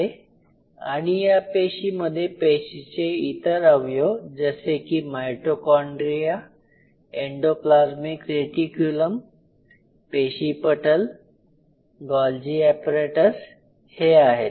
आहे आणि या पेशीमध्ये पेशीचे इतर अवयव जसे की मायटोकॉड्रीया एंडोप्लाजमीक रेटीकयूलम पेशी पटल गोल्जी एपॅरेटस हे आहेत